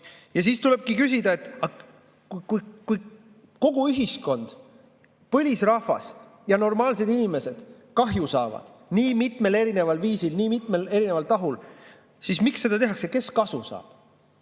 Siis tulebki küsida, et kui kogu ühiskond, põlisrahvas ja normaalsed inimesed saavad kahju nii mitmel erineval viisil, siin on nii mitu erinevat tahku, siis miks seda tehakse. Kes kasu saab?